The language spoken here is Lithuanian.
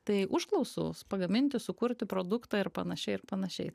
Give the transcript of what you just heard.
tai užklausos pagaminti sukurti produktą ir panašiai ir panašiai